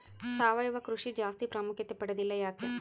ಸಾವಯವ ಕೃಷಿ ಜಾಸ್ತಿ ಪ್ರಾಮುಖ್ಯತೆ ಪಡೆದಿಲ್ಲ ಯಾಕೆ?